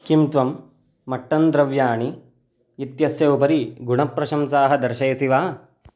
किं त्वं मट्टन् द्रव्याणि इत्यस्य उपरि गुणप्रशंसाः दर्शयसि वा